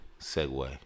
segue